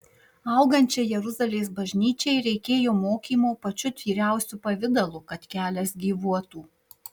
augančiai jeruzalės bažnyčiai reikėjo mokymo pačiu tyriausiu pavidalu kad kelias gyvuotų